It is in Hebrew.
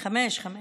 חמש, חמש.